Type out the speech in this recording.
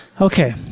Okay